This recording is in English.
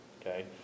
okay